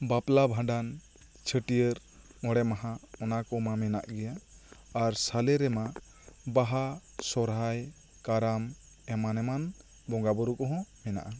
ᱵᱟᱯᱞᱟ ᱵᱷᱟᱱᱰᱟᱱ ᱪᱷᱟᱹᱴᱭᱟᱹᱨ ᱢᱚᱬᱮ ᱢᱟᱦᱟ ᱚᱱᱟ ᱠᱚ ᱢᱟ ᱢᱮᱱᱟᱜ ᱜᱮᱭᱟ ᱟᱨ ᱥᱟᱞᱮ ᱨᱮᱢᱟ ᱵᱟᱦᱟ ᱥᱚᱨᱦᱟᱭ ᱠᱟᱨᱟᱢ ᱮᱢᱟᱱ ᱮᱢᱟᱱ ᱵᱚᱸᱜᱟ ᱵᱳᱨᱳ ᱠᱚᱦᱚᱸ ᱦᱮᱱᱟᱜᱼᱟ